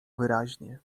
wyraźnie